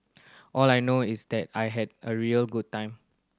all I know is that I had a real good time